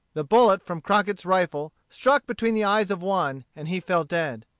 the bullet from crockett's rifle struck between the eyes of one, and he fell dead.